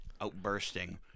outbursting